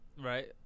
Right